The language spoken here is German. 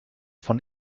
von